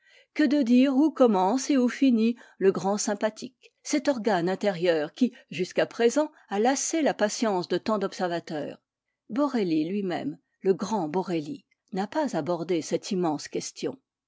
que de dire où commence et où finit le grand sympathique cet organe intérieur qui jusqu'à présent a lassé la patience de tant d'observateurs borelli lui-même le grand borelli n'a pas abordé cette immense question